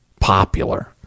popular